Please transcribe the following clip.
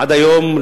עד היום,